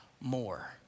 more